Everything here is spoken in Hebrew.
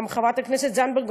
גם חברת הכנסת זנדברג,